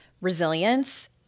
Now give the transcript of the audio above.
resilience